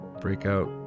breakout